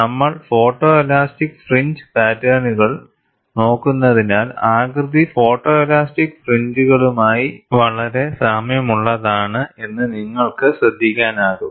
നമ്മൾ photoelastic fringe പാറ്റേണുകളും നോക്കുന്നതിനാൽ ആകൃതി ഫോട്ടോലാസ്റ്റിക് ഫ്രിഞ്ച്കളുമായി വളരെ സാമ്യമുള്ളതാണ് എന്നു നിങ്ങൾക്ക് ശ്രദ്ധിക്കാനാകും